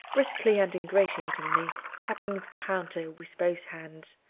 briskly and ingratiatingly, tapping the counter with both hands.